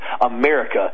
America